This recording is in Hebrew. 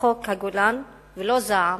חוק הגולן, ולא זעם,